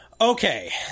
Okay